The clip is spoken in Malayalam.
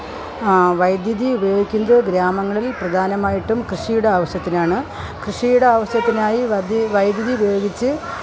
വൈദ്യുതി ഉപയോഗിക്കുന്നത് ഗ്രാമങ്ങളില് പ്രധാനമായിട്ടും കൃഷിയുടെ ആവിശ്യത്തിനാണ് കൃഷിയുടെ ആവിശ്യത്തിനായി വൈദ്യുതി ഉപയോഗിച്ച്